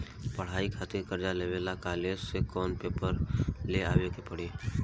पढ़ाई खातिर कर्जा लेवे ला कॉलेज से कौन पेपर ले आवे के पड़ी?